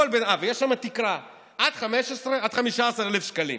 והתקרה עד 15,000 שקלים.